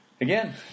Again